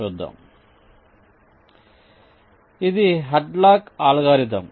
చూద్దాం ఇది Hadlock algorithm